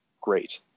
Great